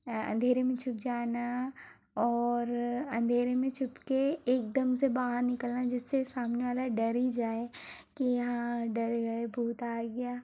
अंधेरे में छुप जाना और अंधेरे में छुपके एकदम से बाहर निकलना जिससे सामने वाला डर ही जाए की हाँ डर गए भूत आ गया